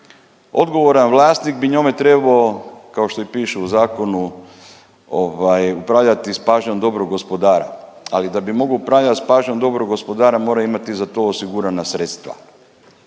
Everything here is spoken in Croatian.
odgovoran vlasnik bi njome trebao kao što i piše u zakonu ovaj upravljati s pažnjom dobrog gospodara, ali da bi mogao upravljati s pažnjom dobrog gospodara mora imati za to osigurana sredstva.